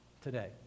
today